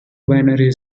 binary